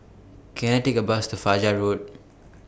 Can I Take A Bus to Fajar Road